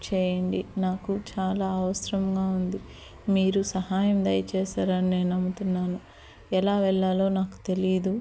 చేయండి నాకు చాలా అవసరంగా ఉంది మీరు సహాయం దయ చేస్తారని నేను నమ్ముతున్నాను ఎలా వెళ్ళాలో నాకు తెలీదు